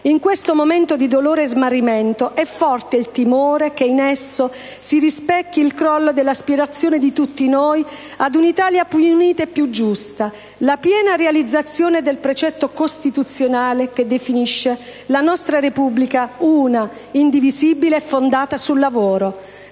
In questo momento di dolore e smarrimento è forte il timore che, in esso, si rispecchi il crollo dell'aspirazione di tutti noi ad un Italia più unita e più giusta, alla piena realizzazione del precetto costituzionale che definisce la nostra Repubblica una, indivisibile e fondata sul lavoro.